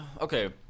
Okay